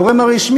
הגורם הרשמי,